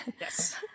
Yes